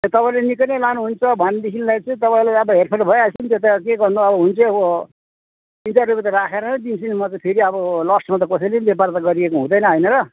तपाईँले निकै नै लानु हुन्छ भनेदेखिलाई चाहिँ तपाईँलाई अब हेर फेर भइहाल्छ नि त्यो त के गर्नु हो अब हुनु चाहिँ अब तिन चार रुपियाँ त राखेर दिन्छु नि फेरि अब लस्ट्मा त कसैले पनि व्यापार गरिएको हुँदैन होइन र